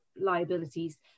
liabilities